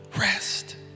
Rest